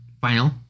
Final